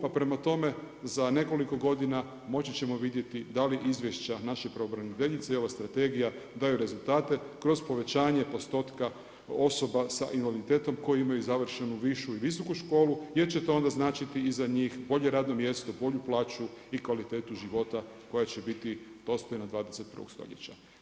Pa prema tome za nekoliko godina moći ćemo vidjeti da li izvješća naše pravobraniteljice i ova Strategija daju rezultate kroz povećanje postotka osoba sa invaliditetom koje imaju završenu višu i visoku školu jer će to onda značiti i za njih bolje radno mjesto, bolju plaću i kvalitetu života koja će biti dostojna 21. stoljeća.